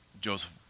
Joseph